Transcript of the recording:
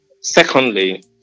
Secondly